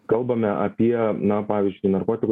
kalbame apie na pavyzdžiui narkotikų